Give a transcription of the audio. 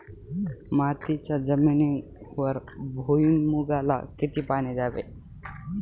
मातीच्या जमिनीवर भुईमूगाला किती पाणी द्यावे?